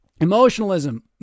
Emotionalism